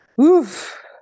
Oof